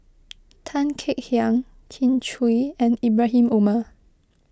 Tan Kek Hiang Kin Chui and Ibrahim Omar